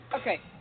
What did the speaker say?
Okay